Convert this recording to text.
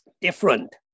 different